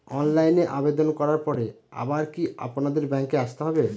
অনলাইনে আবেদন করার পরে আবার কি আপনাদের ব্যাঙ্কে আসতে হবে?